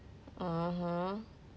(uh huh)